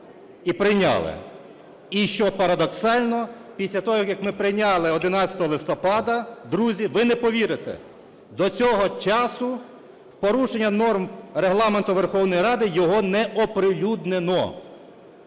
І що парадоксально, після того, як ми прийняли 11 листопада, друзі, ви не повірите, до цього часу в порушення норм Регламенту Верховної Ради його не оприлюднено,